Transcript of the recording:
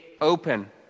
open